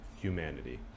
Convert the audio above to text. humanity